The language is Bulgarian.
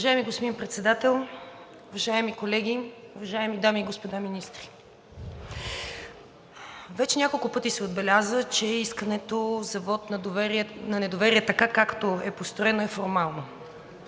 Уважаеми господин Председател, уважаеми колеги, уважаеми дами и господа министри! Вече няколко пъти се отбеляза, че искането за вот на недоверие, така както е построено, е формално.